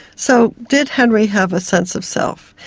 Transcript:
so did henry have a sense of self?